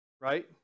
Right